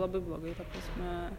labai blogai ta prasme